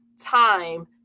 time